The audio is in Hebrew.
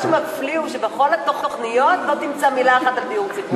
ומה שמפליא הוא שבכל התוכניות לא תמצא מילה אחת על דיור ציבורי.